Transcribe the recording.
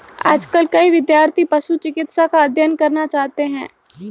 आजकल कई विद्यार्थी पशु चिकित्सा का अध्ययन करना चाहते हैं